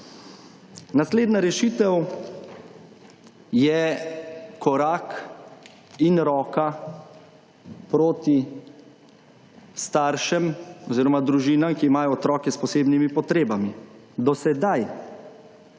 Naslednja rešitev je korak in roka proti staršem oziroma družinam, ki imajo otroke s posebnimi potrebami. Do sedaj